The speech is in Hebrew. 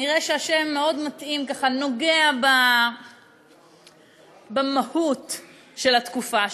נראה שהשם מאוד מתאים, נוגע במהות של התקופה שלנו.